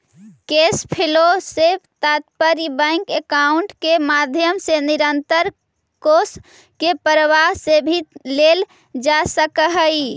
cash flow से तात्पर्य bank account के माध्यम से निरंतर कैश के प्रवाह से भी लेल जा सकऽ हई